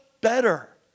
better